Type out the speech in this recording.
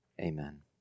Amen